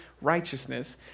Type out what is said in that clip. righteousness